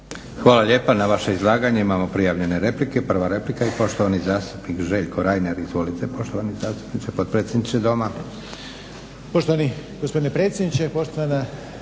Hvala lijepa. Na vaše izlaganje imamo prijavljene replike. Prva replika i poštovani zastupnik Željko Reiner. Izvolite poštovani zastupniče, potpredsjedniče Doma.